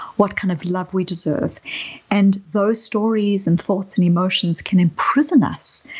what kind of love we deserve and those stories and thoughts and emotions can imprison us.